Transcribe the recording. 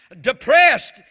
depressed